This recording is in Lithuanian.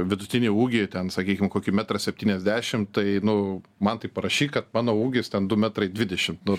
vidutinį ūgį ten sakykim kokį metrą septyniasdešim tai nu man tai parašyk kad mano ūgis ten du metrai dvidešim nu